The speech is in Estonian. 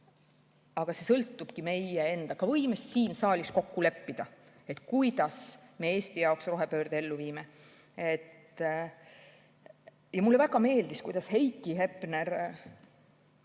Aga see sõltub meie enda võimest siin saalis kokku leppida, kuidas me Eesti jaoks rohepöörde ellu viime. Mulle väga meeldis, kuidas Heiki Hepner